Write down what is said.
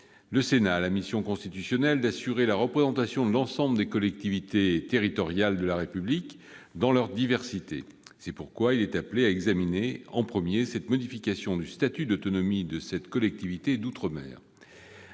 Le Sénat a la mission constitutionnelle d'assurer la représentation de l'ensemble des collectivités territoriales de la République dans leur diversité. C'est pourquoi il est appelé à examiner en premier cette modification du statut d'autonomie de cette collectivité d'outre-mer.